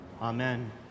Amen